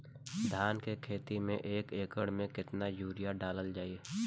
धान के खेती में एक एकड़ में केतना यूरिया डालल जाई?